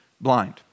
blind